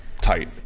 tight